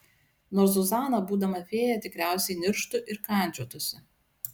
nors zuzana būdama fėja tikriausiai nirštų ir kandžiotųsi